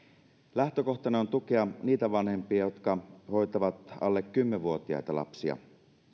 lähtökohtana on tukea niitä vanhempia jotka hoitavat alle kymmenen vuotiaita lapsia